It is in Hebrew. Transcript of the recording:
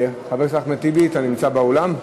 חבר הכנסת אחמד טיבי, אתה נמצא באולם?